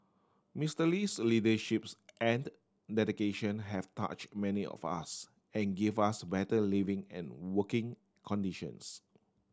Mister Lee's leaderships and dedication have touch many of us and give us better living and working conditions